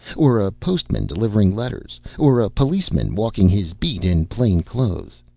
or a postman delivering letters, or a policeman walking his beat, in plain clothes.